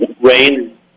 rain